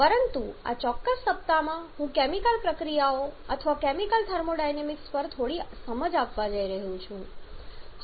પરંતુ આ ચોક્કસ સપ્તાહમાં હું કેમિકલ પ્રતિક્રિયાઓ અથવા કેમિકલ થર્મોડાયનેમિક્સના પર થોડી સમજ આપવા જઈ રહ્યો છુ